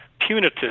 punitive